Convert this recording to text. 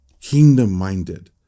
kingdom-minded